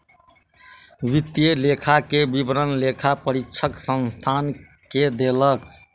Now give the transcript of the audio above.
वित्तीय लेखा के विवरण लेखा परीक्षक संस्थान के देलक